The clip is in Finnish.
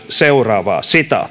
seuraavaa